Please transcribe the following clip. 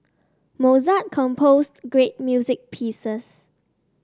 Mozart composed great music pieces